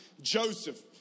Joseph